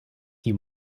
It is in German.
die